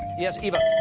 yes, eva?